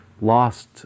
lost